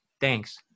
thanks